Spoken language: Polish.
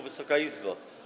Wysoka Izbo!